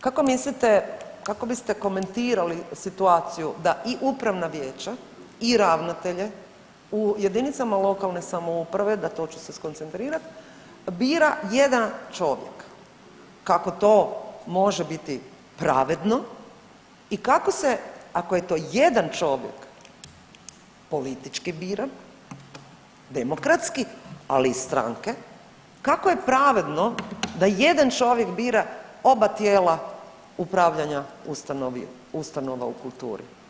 Kako mislite, kako biste komentirali situaciju da i upravna vijeća i ravnatelje u JLS, na to ću se skoncentrirat, bira jedan čovjek, kako to može biti pravedno i kako se, ako je to jedan čovjek, politički bira, demokratski, ali i stranke, kako je pravedno da jedan čovjek bira oba tijela upravljanja ustanova u kulturi?